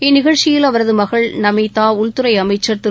இந்நிகழ்ச்சியில் அவரது மகள் நமிதா உள்துறை அமைச்சள் திரு